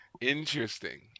Interesting